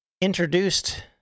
Introduced